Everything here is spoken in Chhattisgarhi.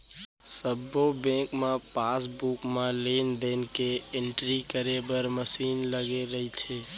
सब्बो बेंक म पासबुक म लेन देन के एंटरी करे बर मसीन लगे रइथे